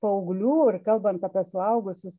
paauglių ir kalbant apie suaugusius